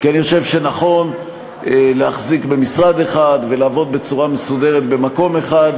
כי אני חושב שנכון להחזיק במשרד אחד ולעבוד בצורה מסודרת במקום אחד,